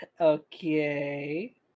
Okay